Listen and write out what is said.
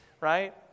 right